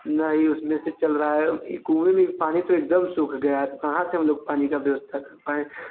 ना ही उसमें से चल रहा है ई कुएं में पानी तो एकदम सूख गया है तो कहाँ से हम लोग पानी का व्यवस्था कर पाएं